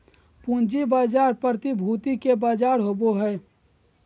पूँजी बाजार प्रतिभूति के बजार होबा हइ